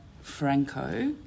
Franco